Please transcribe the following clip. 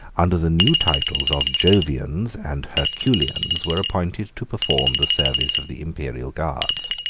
under the new titles of jovians and herculians, were appointed to perform the service of the imperial guards.